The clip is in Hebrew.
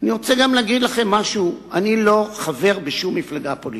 אני רוצה להגיד לכם משהו: אני לא חבר בשום מפלגה פוליטית.